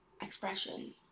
expression